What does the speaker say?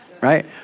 Right